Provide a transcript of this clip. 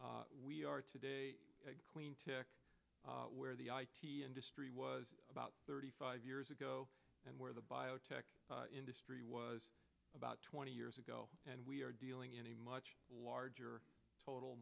we are today clean to where the industry was about thirty five years ago and where the biotech industry was about twenty years ago and we are dealing in a much larger total